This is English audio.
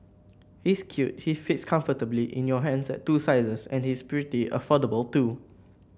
he's cute he fits comfortably in your hands at two sizes and he's pretty affordable too